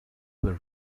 were